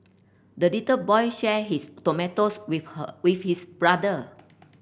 the little boy shared his tomatoes with her with his brother